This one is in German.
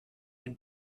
den